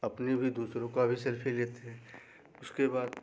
अपनी भी दूसरों की भी सेल्फी लेते हैं उसके बाद